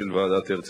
ובהקשר הזה,